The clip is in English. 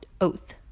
oath